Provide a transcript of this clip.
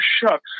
shucks